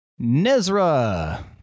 Nezra